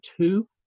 two